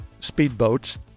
speedboats